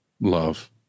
Love